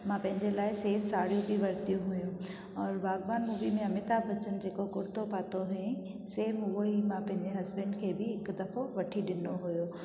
मां पंहिंजे लाइ सेम साड़ियूं बि वरितियूं हुयूं और बाग़बान मूवी में अमिताभ बच्चन जेको कुर्तो पातो हुयईं सेम हूंअं ई मां पंहिंजे हस्बैंड खे बि हिकु दफ़ो वठी ॾिनो हुओ